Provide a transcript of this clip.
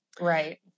Right